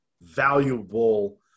valuable